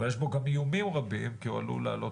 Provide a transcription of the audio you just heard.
אבל יש בו גם איומים רבים כי הוא עלול להעלות